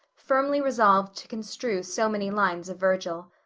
firmly resolved to construe so many lines of virgil.